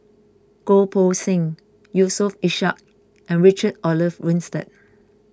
Goh Poh Seng Yusof Ishak and Richard Olaf Winstedt